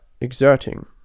exerting